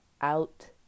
out